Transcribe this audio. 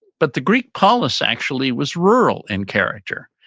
but the greek palace actually was rural in character.